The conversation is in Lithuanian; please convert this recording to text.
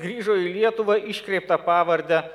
grįžo į lietuvą iškreipta pavarde